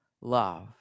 love